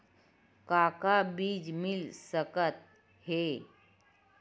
का का बीज मिल सकत हे?